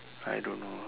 I don't know